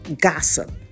gossip